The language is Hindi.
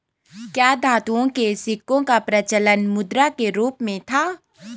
क्या धातुओं के सिक्कों का प्रचलन मुद्रा के रूप में था?